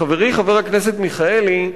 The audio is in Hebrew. חברי חבר הכנסת מיכאלי,